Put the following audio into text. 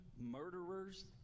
murderers